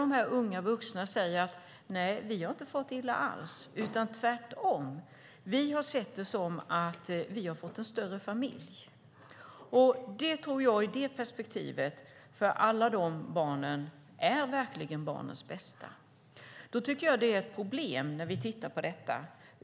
Dessa unga vuxna säger: Nej, vi har inte alls farit illa, utan tvärtom - vi har sett det som att vi har fått en större familj. I det perspektivet tror jag att det för alla de barnen verkligen är barnets bästa. Då tycker jag att det är ett problem när vi tittar på detta.